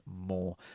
more